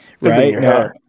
Right